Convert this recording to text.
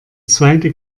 zweite